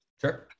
Sure